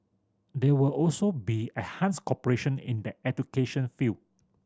there will also be enhanced cooperation in the education field